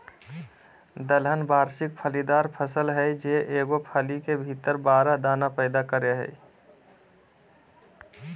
दलहन वार्षिक फलीदार फसल हइ जे एगो फली के भीतर बारह दाना पैदा करेय हइ